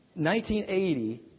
1980